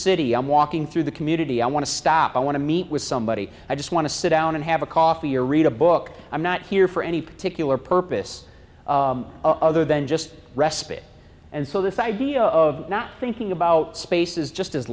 city i'm walking through the community i want to stop i want to meet with somebody i just want to sit down and have a coffee or read a book i'm not here for any particular purpose other than just respite and so this idea of not thinking about space is just as